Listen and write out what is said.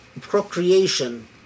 procreation